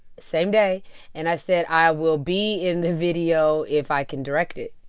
same day and i said, i will be in the video if i can direct it.